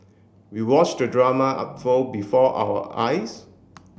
we watched the drama unfold before our eyes